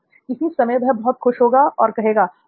किसी समय वह बहुत खुश होगा और कहेगा "वाह